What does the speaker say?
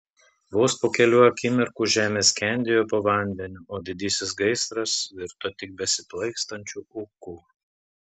vos po kelių akimirkų žemė skendėjo po vandeniu o didysis gaisras virto tik besiplaikstančiu ūku